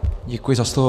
Děkuji za slovo.